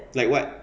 like what